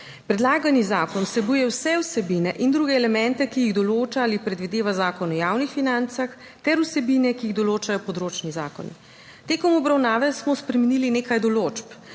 Predlagani zakon vsebuje vse vsebine in druge elemente, ki jih določa ali predvideva Zakon o javnih financah, ter vsebine, ki jih določa področni zakon. Tekom obravnave smo spremenili nekaj določb.